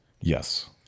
Yes